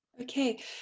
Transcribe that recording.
Okay